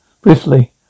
briefly